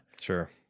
Sure